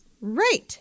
Right